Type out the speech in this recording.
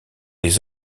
les